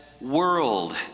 world